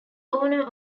owner